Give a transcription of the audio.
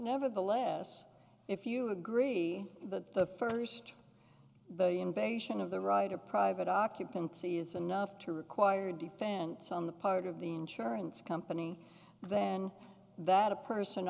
nevertheless if you agree that the first the invasion of the right of private occupancy is enough to require defense on the part of the insurance company then that a person